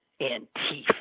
Antifa